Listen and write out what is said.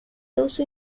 also